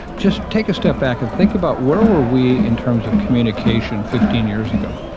just take a step back and think about where were we in terms of communication fifteen years ago.